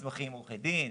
מסמכים מעורכי-דין,